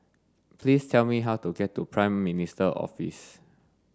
please tell me how to get to Prime Minister's Office